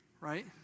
right